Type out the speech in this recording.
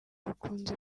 bakunze